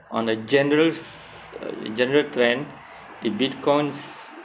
on a generals uh general plan the Bitcoins